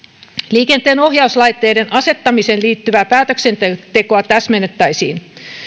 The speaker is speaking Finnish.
liikenteen ohjauslaitteiden asettamiseen liittyvää päätöksentekoa täsmennettäisiin